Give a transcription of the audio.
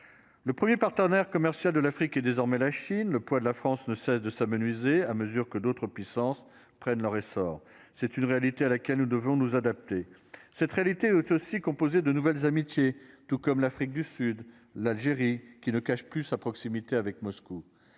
Le 1er partenaire commercial de l'Afrique et désormais la Chine le poids de la France ne cessent de s'amenuiser à mesure que d'autres puissances prennent leur essor. C'est une réalité à laquelle nous devons nous adapter cette réalité autre aussi composer de nouvelles amitiés tout comme l'Afrique du Sud, l'Algérie qui ne cache. Plus sa proximité avec Moscou